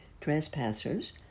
Trespassers